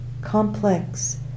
complex